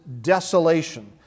desolation